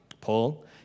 Paul